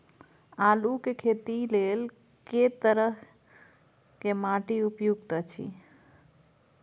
आलू के खेती लेल के तरह के माटी उपयुक्त अछि?